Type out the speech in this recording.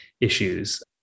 issues